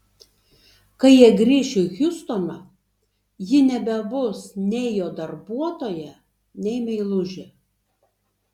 kai jie grįš į hjustoną ji nebebus nei jo darbuotoja nei meilužė